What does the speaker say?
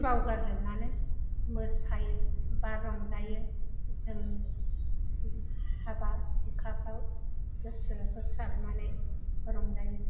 बावगारजोबनानै मोसायो बा रंजायो जों हाबा हुखाफ्राव गोसो होसारनानै रंजायो